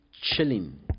chilling